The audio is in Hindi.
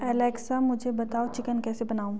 एलेक्सा मुझे बताओ चिकन कैसे बनाऊँ